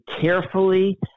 carefully